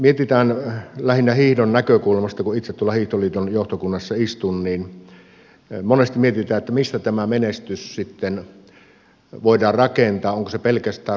ja lähinnä hiihdon näkökulmasta kun itse hiihtoliiton johtokunnassa istun monesti mietitään että mistä tämä menestys sitten voidaan rakentaa onko se pelkästään rahasta